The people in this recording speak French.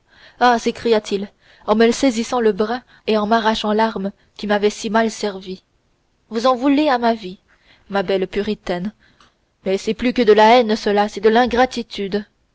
ah s'écria-t-il en me saisissant le bras et en m'arrachant l'arme qui m'avait si mal servie vous en voulez à ma vie ma belle puritaine mais c'est plus que de la haine cela c'est de